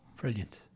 Brilliant